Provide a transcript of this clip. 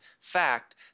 fact